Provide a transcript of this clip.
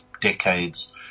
decades